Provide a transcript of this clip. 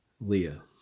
Leah